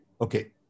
Okay